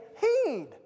heed